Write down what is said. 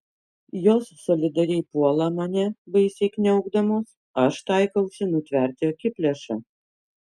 jos solidariai puola mane baisiai kniaukdamos aš taikstausi nutverti akiplėšą